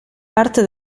parte